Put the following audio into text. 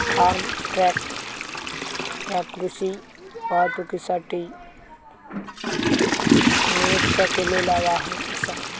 form truck ह्या कृषी वाहतुकीसाठी नियुक्त केलेला वाहन असा